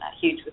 huge